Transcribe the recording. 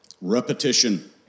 Repetition